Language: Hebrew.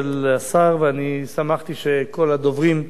ושמחתי שכל הדוברים בירכו עליה,